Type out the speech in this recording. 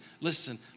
listen